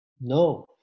No